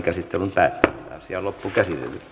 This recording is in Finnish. asian käsittely päättyi